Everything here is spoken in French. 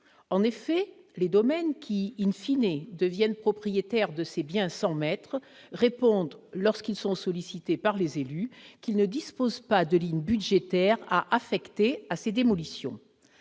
En effet, les domaines, qui,, deviennent propriétaires de ces biens « sans maître », répondent, lorsqu'ils sont sollicités par les élus, qu'ils ne disposent pas de ligne budgétaire à affecter à ces démolitions